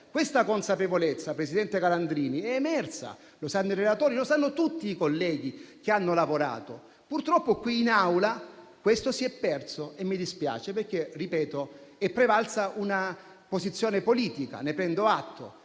questa consapevolezza, presidente Calandrini, è emersa. Lo sanno i relatori e lo sanno tutti i colleghi che hanno lavorato. Purtroppo qui in Assemblea questo si è perso e mi dispiace, perché è prevalsa - lo ripeto - la posizione politica e ne prendo atto,